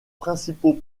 principaux